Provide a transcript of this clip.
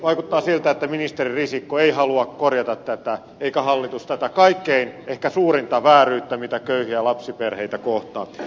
vaikuttaa siltä että ei ministeri risikko eikä hallitus halua korjata tätä ehkä kaikkein suurinta vääryyttä mikä köyhiä lapsiperheitä kohtaa